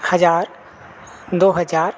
हज़ार दो हज़ार